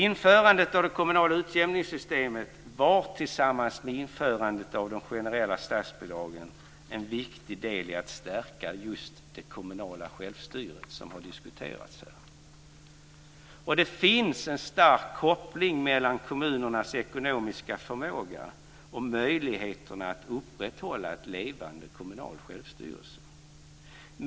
Införandet av det kommunala utjämningsystemet var tillsammans med införandet av de generella statsbidragen en viktig del i att stärka just det kommunala självstyret, som här har diskuterats. Det finns en stark koppling mellan kommunernas ekonomiska förmåga och möjligheten att upprätthålla ett levande kommunalt självstyre.